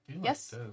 yes